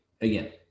again